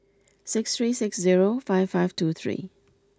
six three six zero five five two three